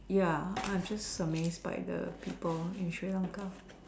ya I'm just amazed by the people in Sri-Lanka